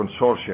consortium